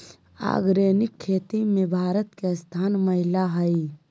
organic खेती में भारत के स्थान पहिला हइ